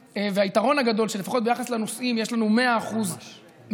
והיתרון הגדול הוא שלפחות ביחס לנוסעים יש לנו 100% מידע.